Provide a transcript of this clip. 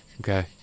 Okay